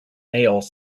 males